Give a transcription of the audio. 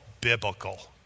biblical